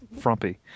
frumpy